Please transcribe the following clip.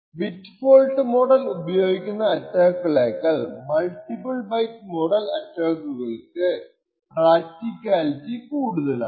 bit fault model ഉപയോഗിക്കുന്ന അറ്റാക്കുകളേക്കാൾ multiple byte model അറ്റാക്കുകൾക്ക് പ്രാക്റ്റിക്കാലിറ്റി കൂടുതലാണ്